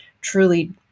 truly